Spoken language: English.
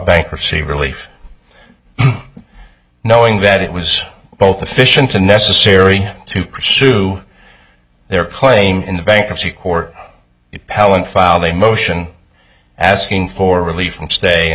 bankruptcy relief knowing that it was both efficient and necessary to pursue their claim in the bankruptcy court palin filed a motion asking for relief from stay and